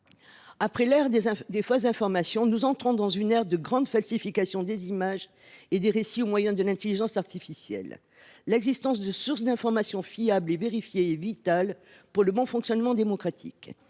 Après l’ère des fausses nouvelles, nous entrons dans une ère de grande falsification des images et des récits, au moyen de l’intelligence artificielle. L’existence de sources d’information fiables et vérifiées est vitale pour le bon fonctionnement démocratique.